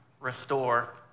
restore